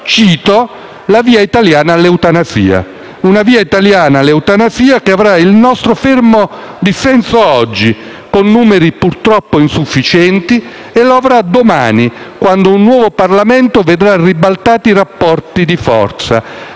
la «via italiana all'eutanasia». E la via italiana all'eutanasia avrà il nostro fermo dissenso oggi, con numeri purtroppo insufficienti, e lo avrà domani, quando un nuovo Parlamento vedrà ribaltati i rapporti di forza